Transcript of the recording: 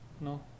No